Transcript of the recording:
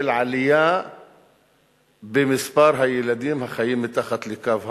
עלייה במספר הילדים החיים מתחת לקו העוני.